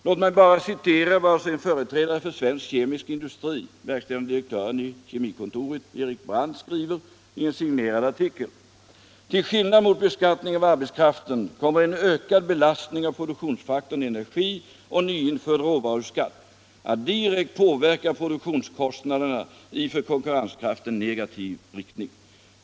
Låt mig bara citera vad en företrädare för svensk kemisk industri, verkställande direktören i Kemikontoret Erik Brandt skriver i en signerad artikel: ”Till skillnad mot beskattning av arbetskraften kommer en ökad belastning av produktionsfaktorn energi - och en nyinförd råvaruskatt — att direkt påverka produktionskostnaderna i för konkurrenskraften negativ riktning —-—-—-.